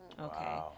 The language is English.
Okay